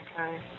Okay